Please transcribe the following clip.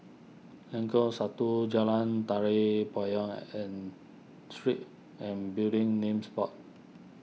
Lengkong Satu Jalan Tari Payong and Street and Building Names Board